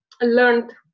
learned